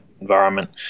environment